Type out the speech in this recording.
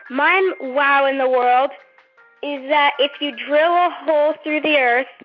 my wow in the world is that if you drill a hole through the earth,